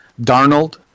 Darnold